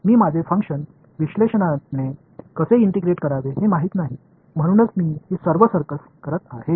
मी माझे फंक्शन विश्लेषणाने कसे इंटिग्रेट करावे हे माहित नाही म्हणूनच मी ही सर्व सर्कस करत आहे